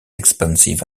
expensive